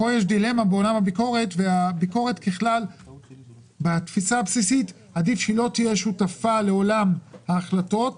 עדיף שהביקורת ככלל לא תהיה שותפה לעולם ההחלטות,